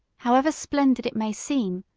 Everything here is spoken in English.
however splendid it may seem,